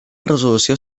resolució